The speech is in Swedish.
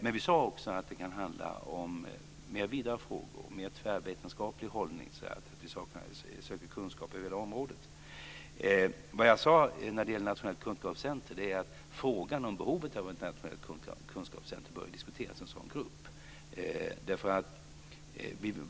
Vi sade att det också kunde handla om mer vida frågor, en mer tvärvetenskaplig hållning. Vi ska söka kunskap över hela området. Frågan om behovet av ett nationellt kunskapscenter bör diskuteras i en sådan arbetsgrupp.